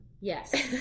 Yes